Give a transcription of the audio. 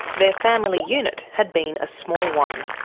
their family unit had been a small one.